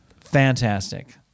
fantastic